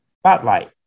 spotlight